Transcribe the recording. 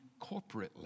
corporately